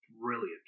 brilliant